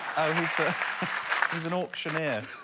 oh, he said he's an auctioneer